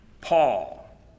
Paul